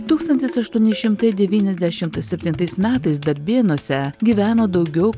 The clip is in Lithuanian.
tūkstantis aštuoni šimtai devyniasdešim septintais metais darbėnuose gyveno daugiau